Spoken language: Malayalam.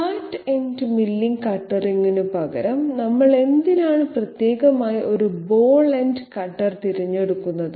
ഫ്ലാറ്റ് എൻഡ് മില്ലിംഗ് കട്ടറിനുപകരം നമ്മൾ എന്തിനാണ് പ്രത്യേകമായി ഒരു ബോൾ എൻഡ് കട്ടർ തിരഞ്ഞെടുക്കുന്നത്